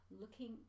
looking